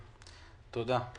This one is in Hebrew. תודה.